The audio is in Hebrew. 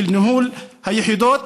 של ניהול היחידות,